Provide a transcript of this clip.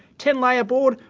ten layer board,